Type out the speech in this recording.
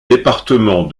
département